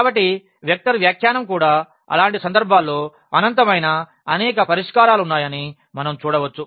కాబట్టి వెక్టర్ వ్యాఖ్యానం నుండి కూడా అలాంటి సందర్భాల్లో అనంతమైన అనేక పరిష్కారాలు ఉన్నాయని మనం చూడవచ్చు